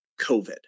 COVID